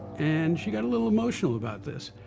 and she got a little emotional about this,